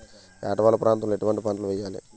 ఏటా వాలు ప్రాంతం లో ఎటువంటి పంటలు వేయాలి?